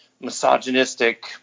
misogynistic